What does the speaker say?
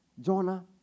Jonah